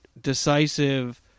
decisive